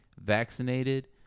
vaccinated